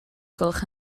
gwelwch